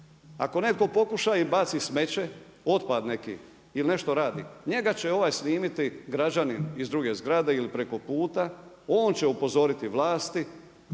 ako netko pokuša i baci smeće, otpad neki ili nešto radi, njega će ovaj snimiti građanin iz druge zgrade ili preko puta on će upozoriti vlasti